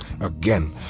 again